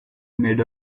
made